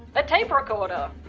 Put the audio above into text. a tape recorder.